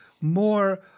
More